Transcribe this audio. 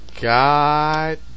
God